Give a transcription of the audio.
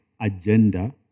agenda